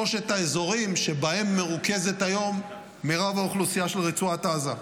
שלושת האזורים שבהם מרוכזת היום מרב האוכלוסייה של רצועת עזה.